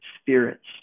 spirits